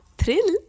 thrill